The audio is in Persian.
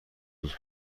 دوست